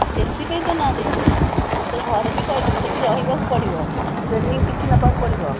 ଆଉ ସେଇଥିପାଇଁ ତୋ ନାଁ ଦେଇଛି ଆଉ ତୋ ଘରେ ଭି କହିଦେବୁ ସେଇଠି ରହିବାକୁ ପଡ଼ିବ ଟ୍ରେନିଂ କିଛି ନେବାକୁ ପଡ଼ିବ